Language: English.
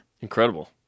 Incredible